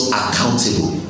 accountable